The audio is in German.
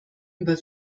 über